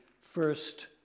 first